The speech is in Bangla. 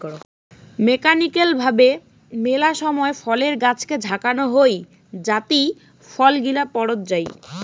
মেকানিক্যাল ভাবে মেলা সময় ফলের গাছকে ঝাঁকানো হই যাতি ফল গিলা পড়ত যাই